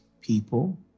people